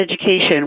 education